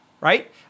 right